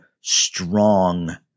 strong